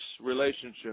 relationship